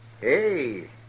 Hey